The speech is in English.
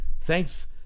thanks